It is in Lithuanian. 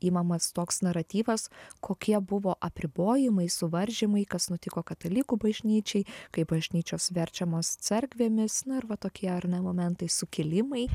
imamas toks naratyvas kokie buvo apribojimai suvaržymai kas nutiko katalikų bažnyčiai kaip bažnyčios verčiamos cerkvėmis na ir va tokie ar ne momentai sukilimai